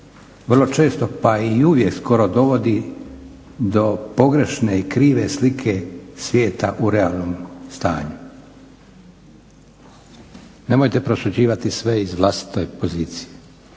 vrlo često pa i uvijek skoro dovodi do pogrešne i krive slike svijeta u realnom stanju. Nemojte prosuđivati sve iz vlastite pozicije.